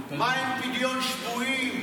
מה עם פדיון שבויים?